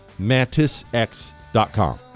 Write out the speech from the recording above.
MantisX.com